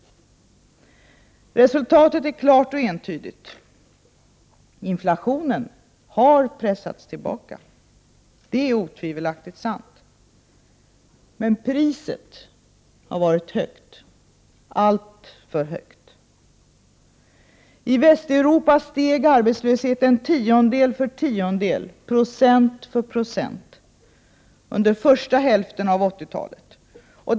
Resultatet är klart och entydigt. Inflationen har pressats tillbaka, det är otvivelaktigt sant. Men priset har varit högt, alltför högt. I Västeuropa steg arbetslösheten tiondel för tiondel, procent för procent, under första hälften av 80-talet.